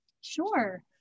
Sure